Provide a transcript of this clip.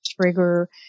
trigger